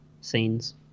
scenes